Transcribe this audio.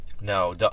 No